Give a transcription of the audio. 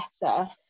better